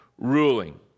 ruling